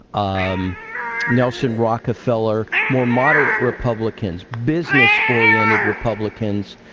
um nelson rockefeller, more moderate republicans, business-oriented republicans,